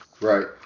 Right